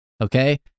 Okay